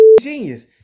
genius